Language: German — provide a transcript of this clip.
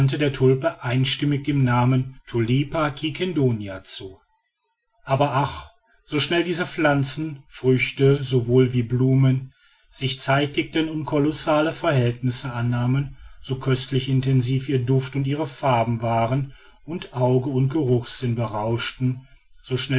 der tulpe einstimmig den namen tulipa quiquendonia zu aber ach so schnell diese pflanzen früchte sowohl wie blumen sich zeitigten und kolossale verhältnisse annahmen so köstlich intensiv ihr duft und ihre farben waren und auge und geruchssinn berauschten